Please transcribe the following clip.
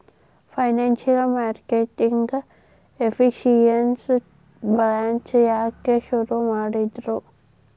Financial marketing efficiency branch ಯಾಕ್ ಶುರು ಮಾಡಿದ್ರು?